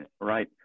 Right